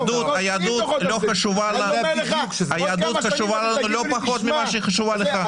היהדות חשובה לנו לא פחות ממה שהיא חשובה לך.